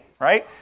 right